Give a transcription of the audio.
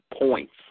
points